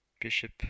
bishop